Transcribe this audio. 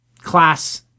class-